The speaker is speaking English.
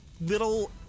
little